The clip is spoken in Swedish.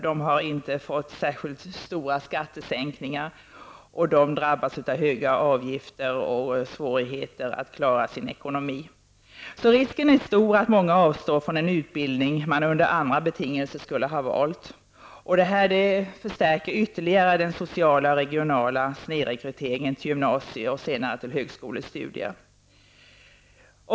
De har inte fått särskilt stora skattesänkningar, och drabbas av höga avgifter och svårigheter att klara sin ekonomi. Risken är stor att många avstår från en utbildning som under andra betingelser skulle ha valts. Detta bidrar ytterligare till att förstärka den sociala och regionala snedrekryteringen beträffande gymnasieoch senare högskolestudier.